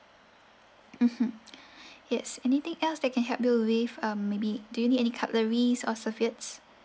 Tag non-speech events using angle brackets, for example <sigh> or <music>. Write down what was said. mmhmm <breath> yes anything else that can help you with um maybe do you need any cutleries or serviettes